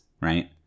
right